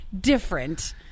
different